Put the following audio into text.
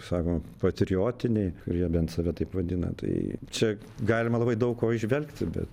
kaip sakoma patriotiniai kurie bent save taip vadina tai čia galima labai daug ko įžvelgti bet